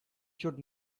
should